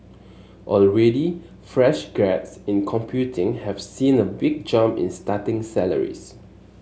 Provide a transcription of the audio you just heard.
already fresh grads in computing have seen a big jump in starting salaries